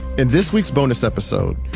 in this week's bonus episode,